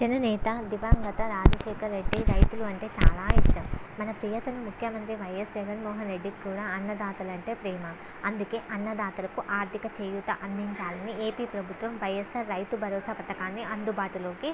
జననేత దివంగత రాజశేఖరరెడ్డి రైతులు అంటే చాలా ఇష్టం మన ప్రియతమా ముఖ్యమంత్రి వైఎస్ జగన్మోహన్ రెడ్డి కూడా అన్నదాతలు అంటే ప్రేమ అందుకే అన్నదాతలకు ఆర్థిక చేయూత అందించాలని ఏపీ ప్రభుత్వం వైయస్సార్ రైతు భరోసా పథకాన్ని అందుబాటులోకి